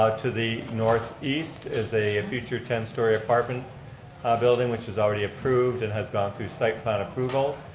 ah to the northeast is a future ten story apartment building which is already approved and has gone through site plan approval.